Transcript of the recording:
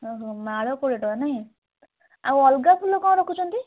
ଓହୋ ମାଳ କୋଡ଼ିଏ ଟଙ୍କା ନାଇଁ ଆଉ ଅଲଗା ଫୁଲ କ'ଣ ରଖୁଛନ୍ତି